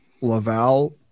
Laval